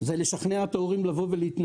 זה לשכנע את ההורים להתנדב.